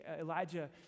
Elijah